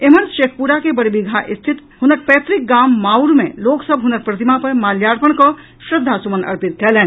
एम्हर शेखपुरा के बरबीघा रिथत हुनक पैतृक गाम माउर मे लोक सभ हुनक प्रतिमा पर माल्यार्पण कऽ श्रद्धा सुमन अर्पित कयलनि